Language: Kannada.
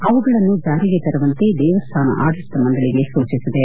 ಅವುಗಳನ್ನು ಜಾರಿಗೆ ತರುವಂತೆ ದೇವಸ್ಥಾನ ಆಡಳಿತ ಮಂಡಳಿಗೆ ಸೂಚಿಸಿದೆ